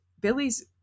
billy's